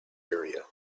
area